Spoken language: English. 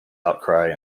outcry